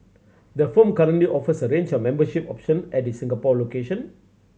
the firm currently offers a range of membership option at its Singapore location